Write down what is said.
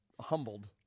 humbled